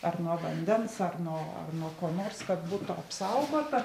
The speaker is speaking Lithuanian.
ar nuo vandens ar nuo ar nuo ko nors kad būtų apsaugota